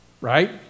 right